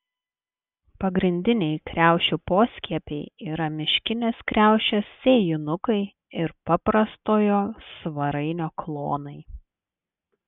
pagrindiniai kriaušių poskiepiai yra miškinės kriaušės sėjinukai ir paprastojo svarainio klonai